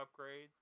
upgrades